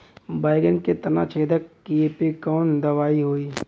बैगन के तना छेदक कियेपे कवन दवाई होई?